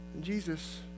Jesus